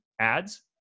ads